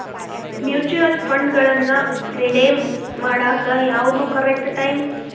mutual ಫಂಡ್ಗಳನ್ನ redeem ಮಾಡಾಕ ಯಾವ್ದು ಕರೆಕ್ಟ್ ಟೈಮ್